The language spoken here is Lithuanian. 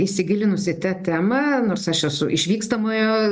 įsigilinusi į temą nors aš esu išvykstamojo